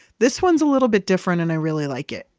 this one's a little bit different and i really like it.